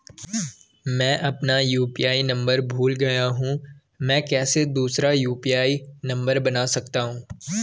मैं अपना UPI number भूल गया हूँ मैं कैसे दूसरा यु.पी.आई नम्बर बना सकता हूँ?